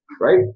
Right